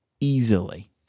easily